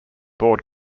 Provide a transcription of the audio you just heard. board